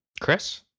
Chris